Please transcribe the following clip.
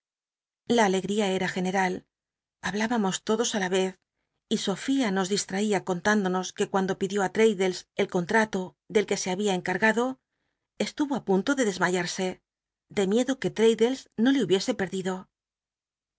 la alegria era general hablábamos lodos la ycz y sofia nos distraía conhíndonos que cuando pidió ti fladdlcs el contmlo del que se habia encargado estuvo á punto de desmayatsc de miedo que l'l'addles no le hubiese perdido